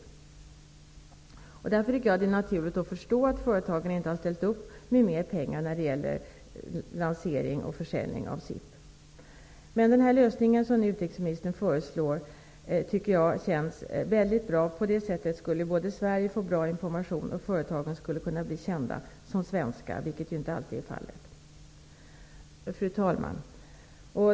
Det är därför naturligt att man förstår att företagen inte har ställt upp med mer pengar till lansering och försäljning av SIP. Den lösning, som nu utrikesministern föreslår, tycker jag känns väldigt bra. På det sättet skulle dels Sverige få bra information, dels skulle företagen kunna bli kända som svenska, vilket ju inte alltid är fallet. Fru talman!